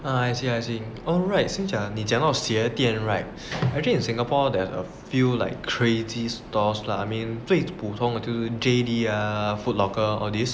ah I see I see oh right 心想你见到鞋垫 right actually in singapore there is a few like crazy stalls lah I mean 最普通的就是 J_D ah Foot Locker all this